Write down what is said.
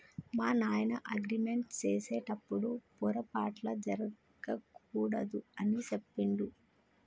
మా నాయన అగ్రిమెంట్ సేసెటప్పుడు పోరపాట్లు జరగకూడదు అని సెప్పిండు